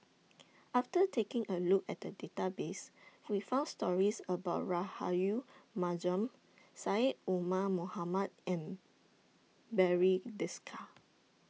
after taking A Look At The Database We found stories about Rahayu Mahzam Syed Omar Mohamed and Barry Desker